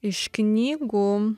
iš knygų